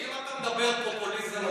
אם אתה מדבר פופוליזם ושקרים,